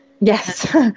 Yes